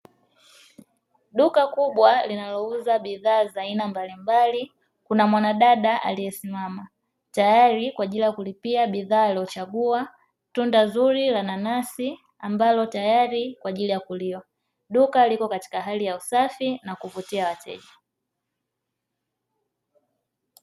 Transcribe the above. duuka kubwa linalouza bidhaa za aina mbali mbali kuna mwanadada aliye simama tayari kwa ajili ya kulipia bidhaa aliyo chagua tunda zuli la nanasi ambalo tayari kwa ajili ya kuliwa duka liko katika hali ya usafi na kuvutia wateja.